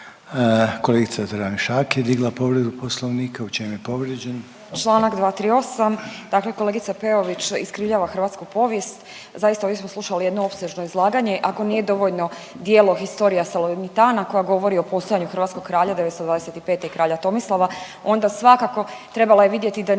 Kolegica Tramišak je digla povredu Poslovnika, u čem je povrijeđen?